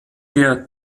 der